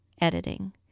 editing